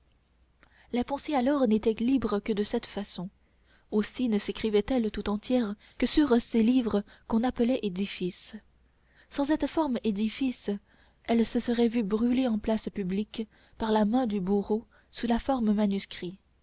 la pensée alors n'était libre que de cette façon aussi ne sécrivait elle tout entière que sur ces livres qu'on appelait édifices sans cette forme édifice elle se serait vue brûler en place publique par la main du bourreau sous la forme manuscrit